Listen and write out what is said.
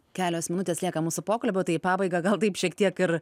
kelios minutės lieka mūsų pokalbio tai į pabaigą gal taip šiek tiek ir